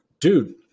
dude